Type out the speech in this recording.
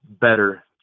better